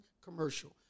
commercial